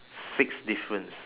sixth difference